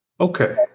Okay